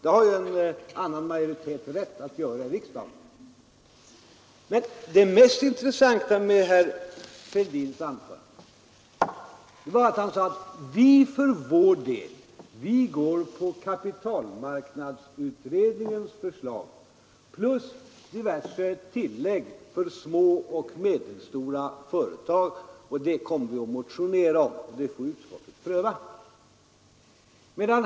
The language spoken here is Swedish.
Det har en annan majoritet i riksdagen rätt att göra. Men det mest intressanta med herr Fälldins anförande var att han sade att centerpartiet för sin del kommer att följa kapitalmarknadsutred ningens förslag och därutöver göra diverse tillägg om små och medelstora företag. Detta kommer centerpartiet att motionera om och låta utskottet pröva.